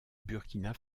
burkina